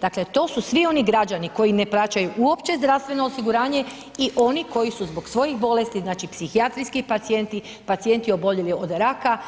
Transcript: Dakle, to su svi oni građani koji ne plaćaju uopće zdravstveno osiguranje i oni koji su zbog svojih bolesti, znači psihijatrijski pacijenti, pacijenti oboljeli od raka